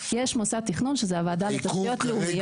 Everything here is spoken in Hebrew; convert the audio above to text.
יש מוסד תכנון שזה הוועדה לתשתיות לאומיות.